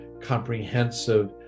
comprehensive